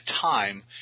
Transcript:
time